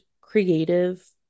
creative